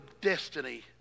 destiny